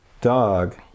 dog